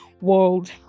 world